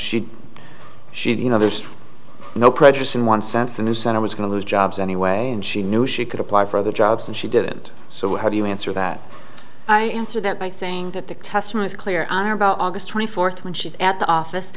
she should you know there's no prejudice in one sense the new center was going to lose jobs anyway and she knew she could apply for other jobs and she didn't so how do you answer that i answer that by saying that the testimony is clear on or about august twenty fourth when she's at the office